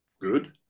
good